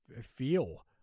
feel